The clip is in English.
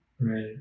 Right